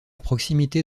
proximité